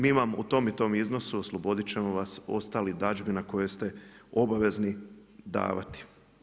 Mi imamo u tom i tom iznosu, osloboditi ćemo vas ostalih dađbina koje ste obavezni davati.